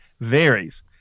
varies